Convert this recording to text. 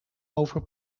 over